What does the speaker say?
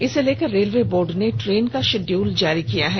इसे लेकर railway board ने ट्रेन का शेड्यूल जारी कर दिया है